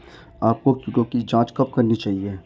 आपको कीटों की जांच कब करनी चाहिए?